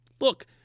Look